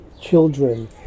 children